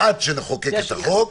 עד שנחוקק את החוק,